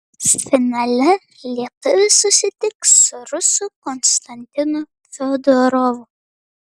finale lietuvis susitiks su rusu konstantinu fiodorovu